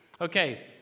Okay